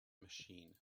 machine